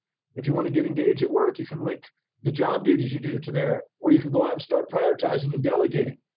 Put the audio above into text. if you want to get engaged at work, you can link the job duties you do to there. or you can go out and start prioritizing and delegating.